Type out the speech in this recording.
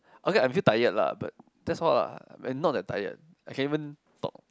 okay I feel tired lah but that's all lah and not that tired I can even talk